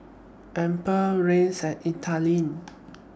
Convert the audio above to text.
Amber Rance and Ethelene